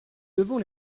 devons